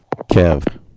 Kev